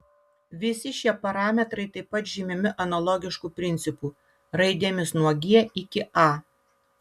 visi šie parametrai taip pat žymimi analogišku principu raidėmis nuo g iki a